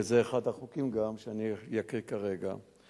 החוק שאני אקרא כרגע הוא אחד מהם.